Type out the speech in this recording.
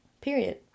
Period